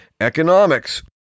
Economics